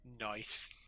nice